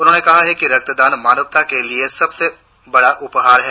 उन्होंने कहा कि रक्तदान मानवता के लिए सबसे बड़ा उपहार है